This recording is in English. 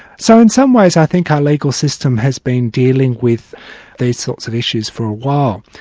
so in some ways i think our legal system has been dealing with these sorts of issues for a while.